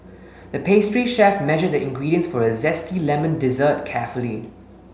the pastry chef measured the ingredients for a zesty lemon dessert carefully